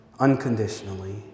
unconditionally